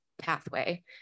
pathway